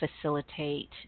facilitate